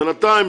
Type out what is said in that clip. בינתיים,